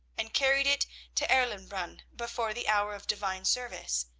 and carried it to erlenbrunn before the hour of divine service,